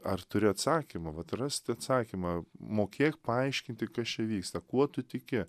ar turi atsakymų vat rasti atsakymą mokėk paaiškinti kas čia vyksta kuo tu tiki